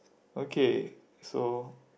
okay so